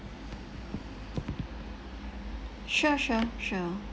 sure sure sure